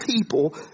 people